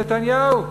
אצל נתניהו.